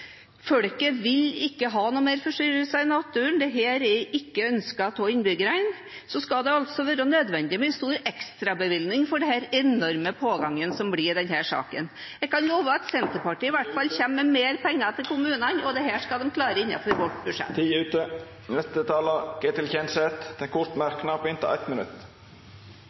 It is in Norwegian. ikke vil ha mer forstyrrelser i naturen, og at dette ikke er ønsket av innbyggerne, skal det være nødvendig med en stor ekstrabevilgning for den enorme pågangen det vil bli i denne saken. Jeg kan love at Senterpartiet i hvert fall kommer med mer penger til kommunene, og dette skal vi klare innenfor vårt budsjettforslag. Representanten Ketil Kjenseth har hatt ordet to gonger tidlegare og får ordet til ein kort merknad, avgrensa til 1 minutt.